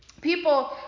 people